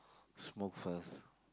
smoke first